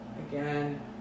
Again